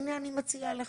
הנה אני מציעה לך,